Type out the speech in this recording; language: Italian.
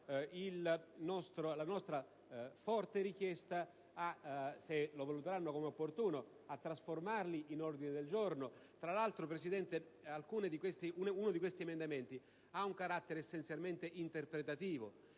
la nostra forte richiesta, se lo valuteranno opportuno, di trasformarli in un ordine del giorno. Tra l'altro, signora Presidente, uno degli emendamenti ha un carattere essenzialmente interpretativo,